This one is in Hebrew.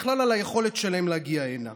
בכלל על היכולת שלהם להגיע הנה.